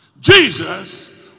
Jesus